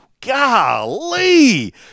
Golly